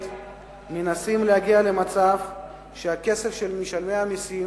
מנסים להגיע למצב שהכסף של משלמי המסים